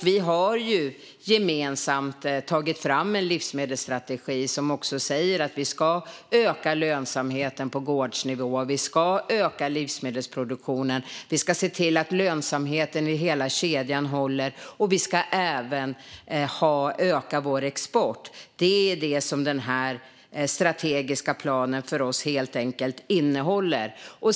Vi har ju gemensamt tagit fram en livsmedelsstrategi som säger att vi ska öka lönsamheten på gårdsnivå. Vi ska öka livsmedelsproduktionen, vi ska se till att lönsamheten i hela kedjan håller och vi ska även öka vår export. Det är vad den strategiska planen innehåller.